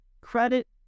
credit